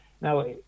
now